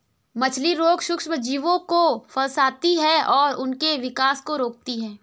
मछली रोग सूक्ष्मजीवों को फंसाती है और उनके विकास को रोकती है